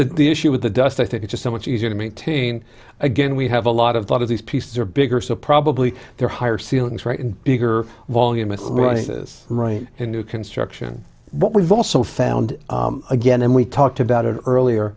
but the issue with the dust i think it just so much easier to maintain again we have a lot of lot of these pieces are bigger so probably they're higher ceilings right and bigger volume is right in new construction but we've also found again and we talked about it earlier